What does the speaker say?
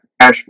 cash